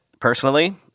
Personally